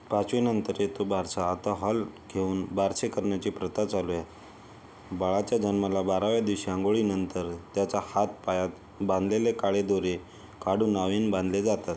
पाचवीनंतर येतो बारसा आता हॉल घेऊन बारसे करण्याची प्रथा चालू आहे बाळाच्या जन्माला बाराव्या दिवशी आंघोळीनंतर त्याच्या हातापायात बांधलेले काळे दोरे काढून नवीन बांधले जातात